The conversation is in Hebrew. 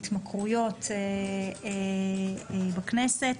חבר הכנסת רם שפע יושב-ראש הוועדה להתמכרויות בכנסת.